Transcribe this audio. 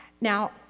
Now